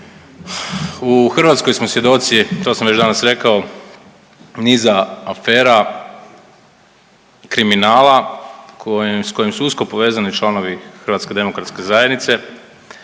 U Hrvatskoj smo svjedoci, to sam već danas rekao, niza afera, kriminala s kojim su usko povezani članovi HDZ-a. Mi imamo samo jedan